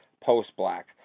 post-black